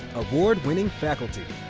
award-winning faculty.